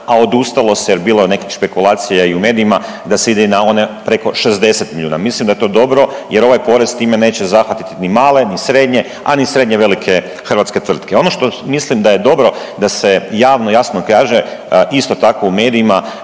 a odustalo se jer je bilo nekih špekulacija i u medijima da se ide i na one preko 60 milijuna, mislim da je to dobro jer ovaj porez s time neće zahvatiti ni male, ni srednje, a ni srednje velike hrvatske tvrtke. Ono što mislim da je dobro da se javno i jasno kaže, isto tako u medijima